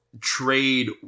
trade